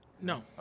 No